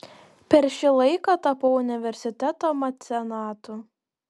per šį laiką tapau universiteto mecenatu